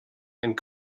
and